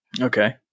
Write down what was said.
Okay